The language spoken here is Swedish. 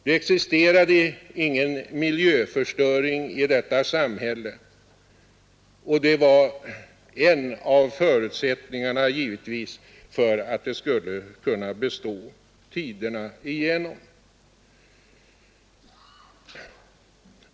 Det existerade ingen miljöförstöring i detta samhälle, och det var givetvis en av förutsättningarna för att det skulle kunna bestå tiderna igenom.